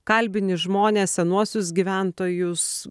kalbini žmones senuosius gyventojus